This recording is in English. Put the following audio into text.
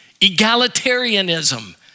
egalitarianism